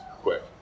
quick